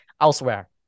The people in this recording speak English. elsewhere